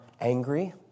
angry